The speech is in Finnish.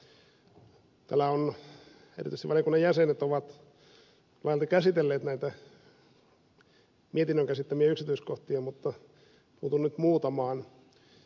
täällä erityisesti valiokunnan jäsenet ovat näitä mietinnön käsittelemiä yksityiskohtia käsitelleet mutta puutun nyt muutamaan